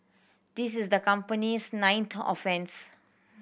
this is the company's ninth offence